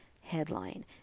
headline